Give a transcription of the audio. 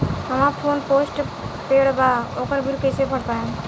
हमार phone postpaid बा ओकर बिल कईसे भर पाएम?